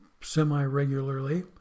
semi-regularly